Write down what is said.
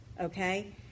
okay